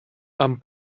amb